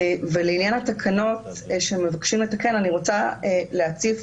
לעניין התקנות שמבקשים לתקן, אני רוצה להציף